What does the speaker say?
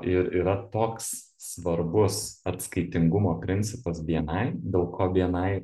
ir yra toks svarbus atskaitingumo principas bni dėl ko bni